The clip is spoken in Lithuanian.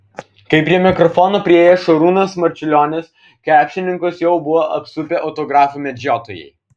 kai prie mikrofono priėjo šarūnas marčiulionis krepšininkus jau buvo apsupę autografų medžiotojai